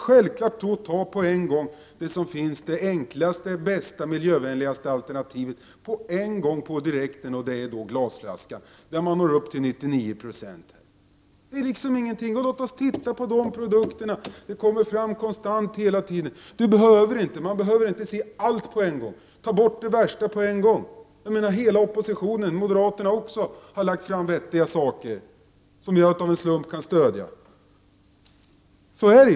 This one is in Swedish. Självfallet skall man på en gång välja det enklaste, bästa och mest miljövänliga alternativet, och det är glasflaskan. Med den når man upp till en återvinning på 99 90. Det kommer fram nya produkter hela tiden. Man behöver inte se allt på en gång. Tag bort det värsta med detsamma! Hela oppositionen, även moderaterna, har lagt fram vettiga förslag, som jag av en slump kan stödja. Så är det.